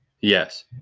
Yes